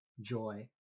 joy